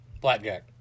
Blackjack